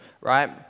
right